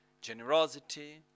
generosity